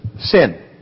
sin